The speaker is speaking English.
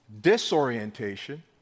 disorientation